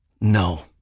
No